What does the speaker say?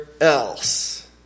else